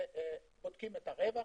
ובודקים את הרווח.